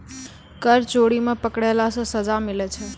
कर चोरी मे पकड़ैला से सजा मिलै छै